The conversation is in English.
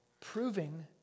proving